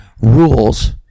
rules